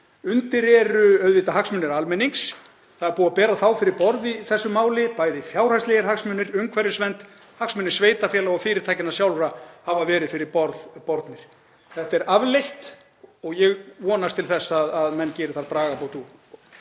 Undir eru auðvitað hagsmunir almennings. Það er búið að bera þá fyrir borð í þessu máli. Bæði fjárhagslegir hagsmunir, umhverfisvernd, hagsmunir sveitarfélaga og fyrirtækjanna sjálfra hafa verið fyrir borð bornir. Þetta er afleitt og ég vonast til þess að menn geri þar bragarbót.